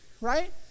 Right